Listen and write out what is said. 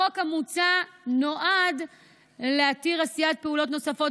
החוק המוצע נועד להתיר עשיית פעולות נוספות